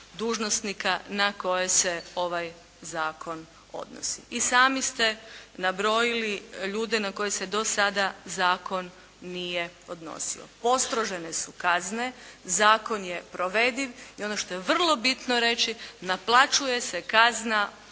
dužnosnika na koje se ovaj zakon odnosi. I sami ste nabrojili ljude na koje se do sada zakon nije odnosio. Postrožene su kazne, zakon je provediv i ono što je vrlo bitno reći naplaćuje se kazna